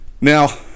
Now